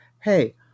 hey